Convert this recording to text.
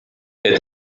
est